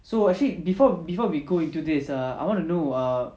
so actually before before we go into this err I want to know err